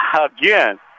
Again